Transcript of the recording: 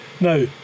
Now